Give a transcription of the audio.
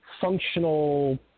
functional